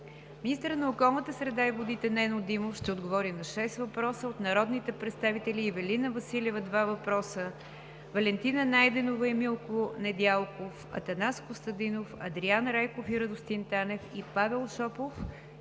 Министърът на околната среда и водите Нено Димов ще отговори на шест въпроса от народните представители Ивелина Василева (два въпроса); Валентина Найденова и Милко Недялков; Атанас Костадинов, Адриан Райков и Радостин Танев; Павел Шопов,